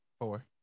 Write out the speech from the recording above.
Four